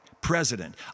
president